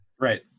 Right